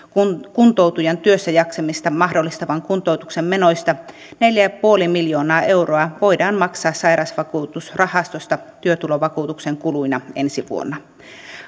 kuntoutujan työssäjaksamista mahdollistavan kuntoutuksen menoista neljä pilkku viisi miljoonaa euroa voidaan maksaa sairausvakuutusrahastosta työtulovakuutuksen kuluina ensi vuonna